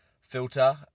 filter